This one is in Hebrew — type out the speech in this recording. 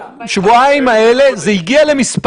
בשבוע הראשון של יוני שבו הכלי הזה לא עבד,